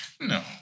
No